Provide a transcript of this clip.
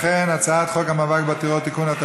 לכן הצעת חוק המאבק בטרור (תיקון),